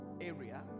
area